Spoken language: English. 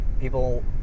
people